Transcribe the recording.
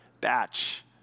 batch